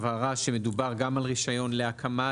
הבהרה שמדובר גם על רישיון להקמה,